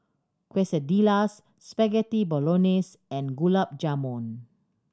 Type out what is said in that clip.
Quesadillas Spaghetti Bolognese and Gulab Jamun